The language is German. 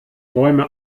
bäume